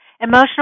Emotional